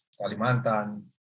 Kalimantan